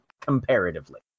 comparatively